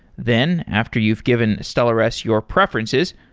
then after you have given stellares your preferences,